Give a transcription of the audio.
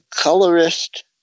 colorist